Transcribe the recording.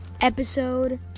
episode